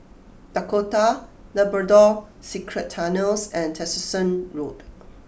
Dakota Labrador Secret Tunnels and Tessensohn Road